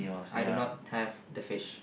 I do not have the fish